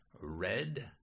Red